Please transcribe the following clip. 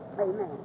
Amen